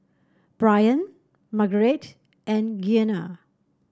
Brian Margeret and Gianna